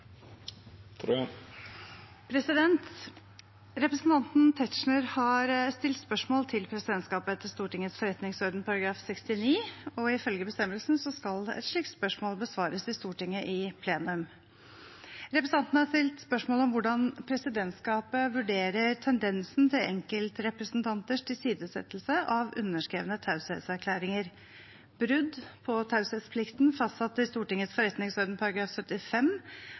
Representanten Tetzschner har stilt spørsmål til presidentskapet etter Stortingets forretningsorden § 69. Ifølge bestemmelsen skal et slikt spørsmål besvares i Stortinget i plenum. Representanten har stilt spørsmål om hvordan presidentskapet vurderer tendensen til enkeltrepresentanters tilsidesettelse av underskrevne taushetserklæringer, brudd på taushetsplikten fastsatt i Stortingets forretningsorden § 75,